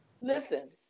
listen